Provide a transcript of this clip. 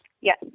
yes